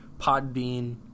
Podbean